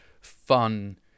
fun